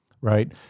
right